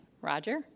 Roger